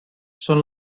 són